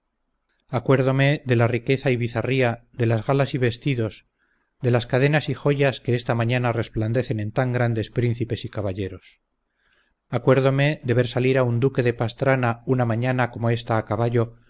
acuérdome de la riqueza y bizarría de las galas y vestidos de las cadenas y joyas que esta mañana resplandecen en tan grandes príncipes y caballeros acuérdome de ver salir a un duque de pastrana una mañana como esta a caballo